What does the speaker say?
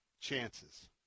chances